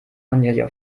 cornelia